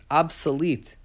obsolete